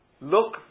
Look